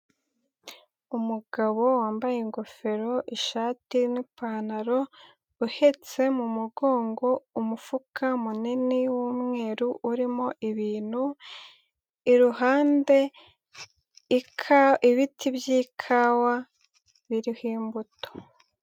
Umugabo wambaye ingofero, ishati n'ipantaro uhetse mu mugongo umufuka munini w'umweru urimo ibintu, iruhande ibiti by'ikawa biriho imbuto.